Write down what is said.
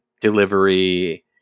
delivery